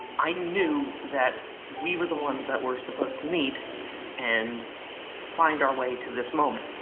i knew that we were the ones that were supposed to meet and find our way to this moment.